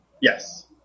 Yes